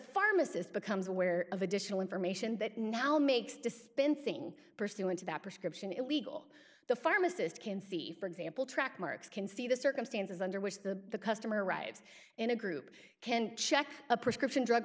pharmacist becomes aware of additional information that now makes dispensing pursuant to that prescription it legal the pharmacist can see for example track marks can see the circumstances under which the customer arrives in a group can check a prescription drug